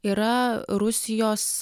yra rusijos